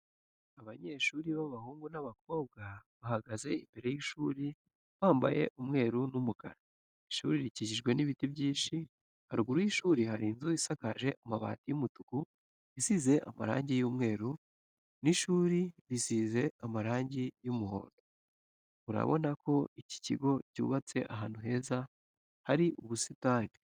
Abanyeshuri b'abahungu n'abakobwa bahagaze imbere y'ishuri bambaye umweru n'umukara, ishuri rikikijwe n'ibiti byinshi haruguru y'ishuri hari inzu isakaje amabati y'umutuku isize amarangi y'umweru n'ishuri risize amarangi y'umuhondo, urabona ko iki kigo cyubatse ahantu heza hari ubusitani.